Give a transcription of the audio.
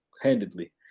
handedly